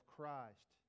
Christ